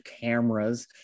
cameras